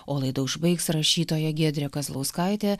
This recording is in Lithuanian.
o laidą užbaigs rašytoja giedrė kazlauskaitė